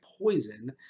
poison